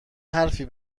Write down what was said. حرفی